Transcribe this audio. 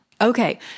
okay